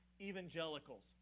evangelicals